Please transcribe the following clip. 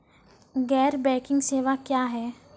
गैर बैंकिंग सेवा क्या हैं?